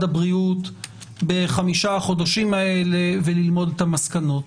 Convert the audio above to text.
הבריאות ב-5 חודשים האלה וללמוד את המסקנות.